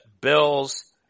Bill's